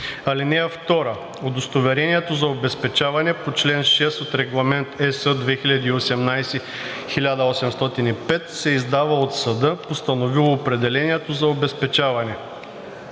чл. 19. (2) Удостоверението за обезпечаване по чл. 6 от Регламент (ЕС) 2018/1805 се издава от съда, постановил определението за обезпечаване.